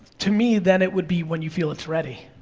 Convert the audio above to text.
to me then, it would be when you feel it's ready.